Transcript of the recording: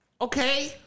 Okay